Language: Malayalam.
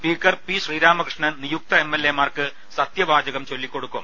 സ്പീക്കർ പി ശ്രീരാമകൃഷ്ണൻ നിയുക്ത എം എൽ എ മാർക്ക് സ്ത്യവാചകം ചൊല്ലിക്കൊ ടുക്കും